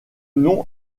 nom